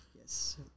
Yes